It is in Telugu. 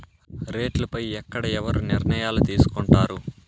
రేట్లు పై ఎక్కడ ఎవరు నిర్ణయాలు తీసుకొంటారు?